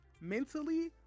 mentally